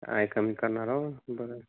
काय कमी करणार अहो बघा